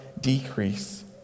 decrease